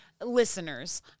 listeners